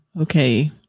Okay